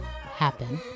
happen